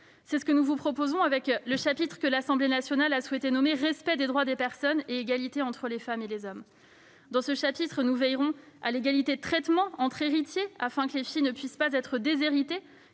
C'est ce que nous vous proposons avec le chapitre III, que l'Assemblée nationale a souhaité intituler « Dispositions relatives au respect des droits des personnes et à l'égalité entre les femmes et les hommes ». Dans ce chapitre, nous veillons à l'égalité de traitement entre héritiers, afin que les filles ne puissent pas être déshéritées.